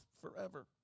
forever